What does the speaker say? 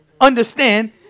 understand